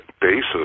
basis